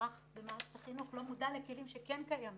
המערך במערכת החינוך לא מודע לכלים שכן קיימים.